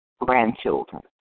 grandchildren